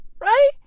right